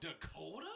Dakota